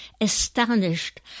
astonished